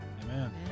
Amen